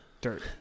dirt